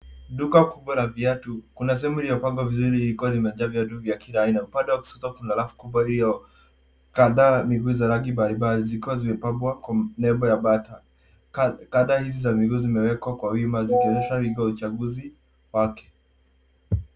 Duka kubwa la viatu kuna sehemu iliyo pangwa vizuri likiwa limejaa viatu vya kila aina. Upande wa kushoto kuna rafu kubwa iliyo kadhaa miguu za rangi mbalimbali zikiwa zimepambwa kwa nembo ya bata. Kadhaa hizo za miguu zimewekwa kwa wima zikiwezesha uchaguzi wake.